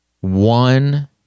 one